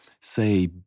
say